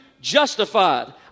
justified